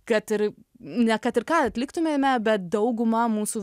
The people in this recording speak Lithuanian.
kad ir ne kad ir ką atliktumėme bet dauguma mūsų